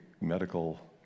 medical